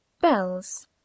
bells